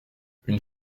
une